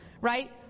right